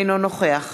אינו נוכח